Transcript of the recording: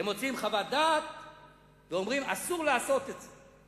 הם מוציאים חוות דעת ואומרים: אסור לעשות את זה,